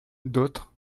d’autres